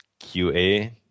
QA